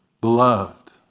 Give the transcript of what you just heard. Beloved